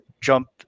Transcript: jump